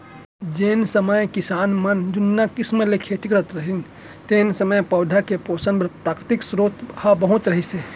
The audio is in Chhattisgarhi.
जेन समे म किसान मन जुन्ना किसम ले खेती करत रहिन तेन समय पउधा के पोसन बर प्राकृतिक सरोत ह बहुत रहिस हे